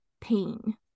pain